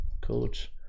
coach